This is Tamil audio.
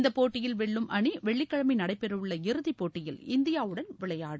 இந்த போட்டியில் வெல்லும் அணி வெள்ளிக்கிழமை நடைபெறவுள்ள இறுதிபோட்டியில் இந்தியாவுடன் விளையாடும்